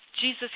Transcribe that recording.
Jesus